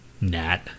nat